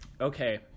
Okay